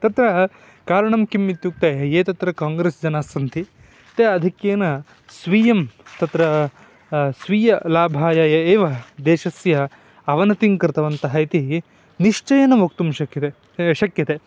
तत्र कारणं किम् इत्युक्ते ये तत्र काङ्ग्रेस् जनास्सन्ति ते आधिक्येन स्वीयं तत्र स्वीयलाभाय ये एव देशस्य अवनतिं कृतवन्तः इति निश्चयेन वक्तुं शक्यते शक्यते